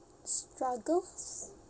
struggles